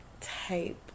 type